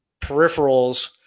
peripherals